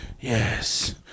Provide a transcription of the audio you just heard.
yes